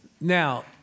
Now